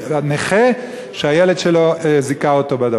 נכה שהילד שלו זיכה אותו.